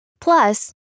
Plus